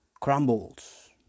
Crumbles